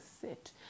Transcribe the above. sit